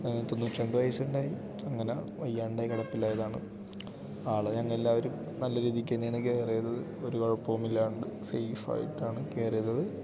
തൊണ്ണൂറ്റി രണ്ട് വയസ്സ് ഉണ്ടായി അങ്ങനെ വയ്യാതെ ആയി കിടപ്പിലായതാണ് ആൾ ഞങ്ങൾ എല്ലാവരും നല്ല രീതിക്ക് തന്നെയാണ് കെയർ ചെയ്തത് ഒരു കുഴപ്പവും ഇല്ല സേയ്ഫ് ആയിട്ടാണ് കെയർ ചെയ്തത്